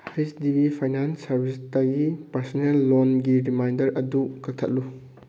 ꯍꯩꯁ D B finance ꯁꯥꯔꯕꯤꯁꯇꯒꯤ personal ꯂꯣꯟꯒꯤ reminder ꯑꯗꯨ ꯀꯛꯊꯠꯂꯨ